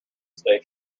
stay